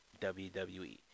WWE